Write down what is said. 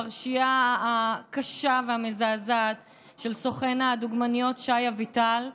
על הפרשייה הקשה והמזעזעת של סוכן הדוגמניות שי אביטל.